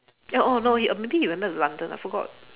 ya oh no maybe he went back to London I forgot